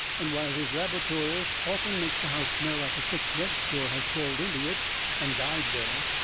and while his labertory often makes the house smell like a sick drug store has crawled into it and died there,